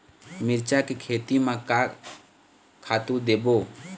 मिरचा के खेती म का खातू देबो?